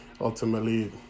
ultimately